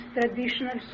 traditional